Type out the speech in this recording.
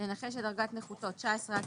לנכה שדרגת נכותו מ-19% עד